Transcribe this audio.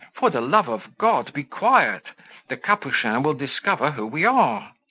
for the love of god, be quiet the capuchin will discover who we are.